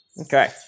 Okay